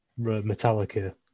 Metallica